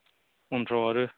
उनफ्राव आरो